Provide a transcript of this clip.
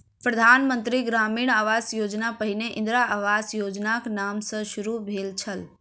प्रधान मंत्री ग्रामीण आवास योजना पहिने इंदिरा आवास योजनाक नाम सॅ शुरू भेल छल